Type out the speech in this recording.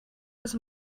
was